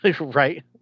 right